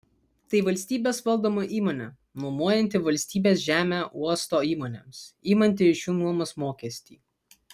tai valstybės valdoma įmonė nuomojanti valstybės žemę uosto įmonėms imanti iš jų nuomos mokestį